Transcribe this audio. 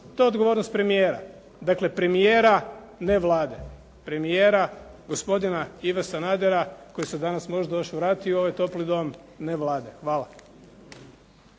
to je odgovornost premijera. Dakle premijera, ne Vlade. Premijera, gospodina Ive Sanadera koji se danas možda još vrati u ovaj topli tom, ne Vlade. Hvala.